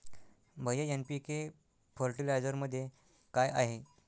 भैय्या एन.पी.के फर्टिलायझरमध्ये काय आहे?